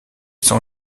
cent